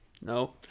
No